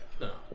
no